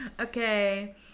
Okay